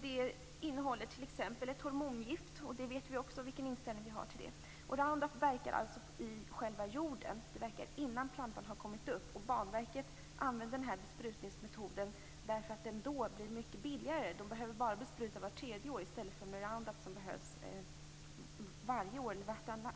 Det innehåller bl.a. ett hormongift, och det är ju känt vilken inställning vi har till sådana. Arsenal 250 verkar i själva jorden. Det verkar innan plantan har kommit upp. Banverket använder den här besprutningsmetoden därför att den blir mycket billigare. Med det nya medlet behöver man bara bespruta vart tredje år, medan Roundup behöver användas varje år eller vartannat.